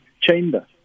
chamber